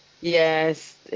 Yes